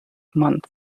month